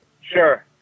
Sure